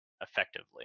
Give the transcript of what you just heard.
effectively